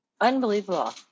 Unbelievable